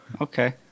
Okay